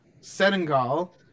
Senegal